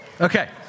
Okay